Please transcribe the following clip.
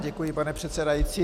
Děkuji, pane předsedající.